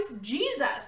jesus